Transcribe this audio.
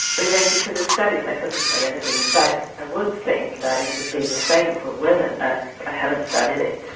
related to the studies i couldn't say anything but i would think that it would be the same for women but i haven't studied it.